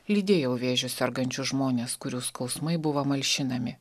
lydėjau vėžiu sergančius žmones kurių skausmai buvo malšinami